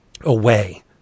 away